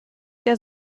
der